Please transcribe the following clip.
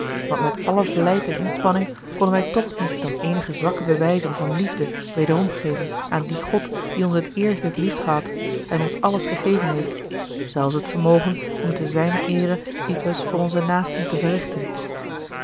want met alle vlijt en inspanning konnen wij toch niets dan eenige zwakke bewijzen van liefde wederom geven aan dien god die ons het eerst heeft liefgehad en ons alles gegeven heeft zelfs het vermogen om te zijner eere ietwes voor onze naasten te verrichten